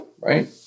right